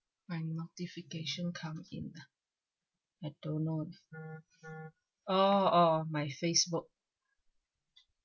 my notification come in ah I don't know leh oh oh my facebook